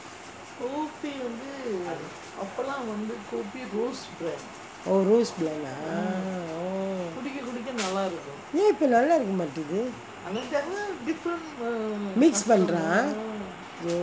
oh roast [one] ah ஏன் இப்போ நல்லா இருக்க மாட்டுது:yaen ippo nalla irukka matuthu mix பண்றான்:pandraan